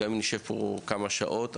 גם אם נישב פה כמה שעות,